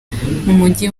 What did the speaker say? mujyi